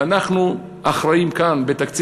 ואנחנו אחראים כאן בתקציב,